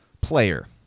player